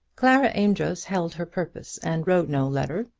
clara amedroz held her purpose and wrote no letter,